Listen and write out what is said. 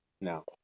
No